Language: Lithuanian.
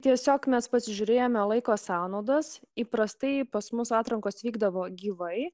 tiesiog mes pasižiūrėjome laiko sąnaudos įprastai pas mus atrankos vykdavo gyvai